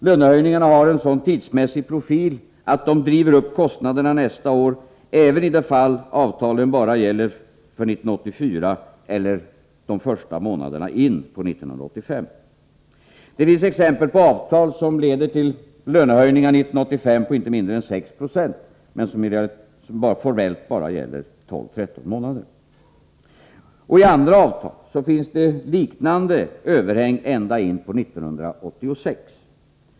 Lönehöjningarna har en sådan tidsmässig profil att de driver upp kostnaderna nästa år, även i de fall avtalen bara gäller för 1984 eller de första månaderna in på 1985. Det finns exempel på avtal som leder till lönehöjningar 1985 på inte mindre än 6 96 men som formellt bara gäller 12-13 månader. I andra avtal finns liknande överhäng ända in på 1986.